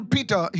Peter